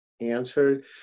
answered